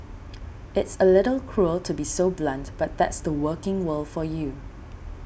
it's a little cruel to be so blunt but that's the working world for you